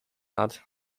hat